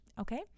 Okay